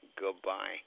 goodbye